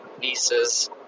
nieces